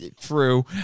True